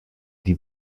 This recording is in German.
die